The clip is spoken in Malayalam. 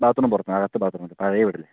ബാത്രൂം പുറത്താണ് അകത്തു ബാത്റൂമില്ല പഴയവീടല്ലേ